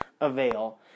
avail